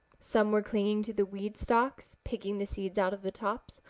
some were clinging to the weed-stalks picking the seeds out of the tops,